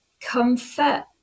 comfort